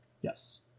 Yes